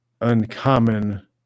uncommon